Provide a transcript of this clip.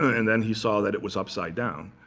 and then he saw that it was upside down.